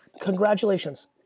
Congratulations